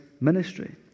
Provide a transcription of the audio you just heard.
ministry